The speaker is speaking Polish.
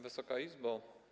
Wysoka Izbo!